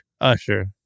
Usher